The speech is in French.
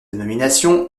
nomination